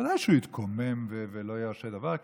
בוודאי שהוא יתקומם ולא ירשה דבר כזה,